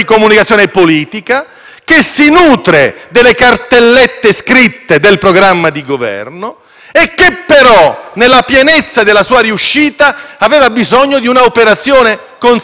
e che, però, per la pienezza della sua riuscita, aveva bisogno di una operazione - consentitemi, c'è un solo aggettivo - scandalistica, che determinasse una rottura,